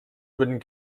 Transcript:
würden